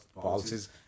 policies